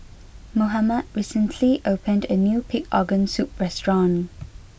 Mohamed recently opened a new pig organ soup restaurant